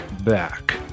back